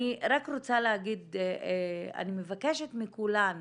אני רוצה להגיד אני מבקשת מכולן,